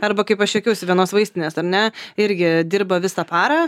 arba kaip aš jokiuosi vienos vaistinės ar ne irgi dirba visą parą